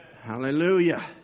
Hallelujah